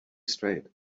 straight